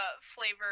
flavor